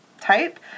type